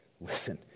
listen